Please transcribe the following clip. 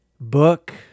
book